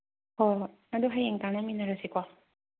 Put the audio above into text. ꯍꯣꯏ ꯍꯣꯏ ꯑꯗꯨ ꯍꯌꯦꯡ ꯇꯥꯅꯃꯤꯟꯅꯔꯁꯤꯀꯣ